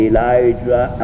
Elijah